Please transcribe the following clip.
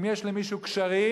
אם יש למישהו קשרים,